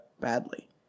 badly